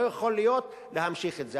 לא יכול להיות שנמשיך את זה.